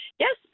Yes